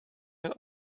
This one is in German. ein